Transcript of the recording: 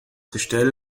gestell